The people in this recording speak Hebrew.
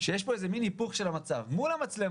שיש פה איזה מין היפוך של המצב: מול המצלמות